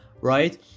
right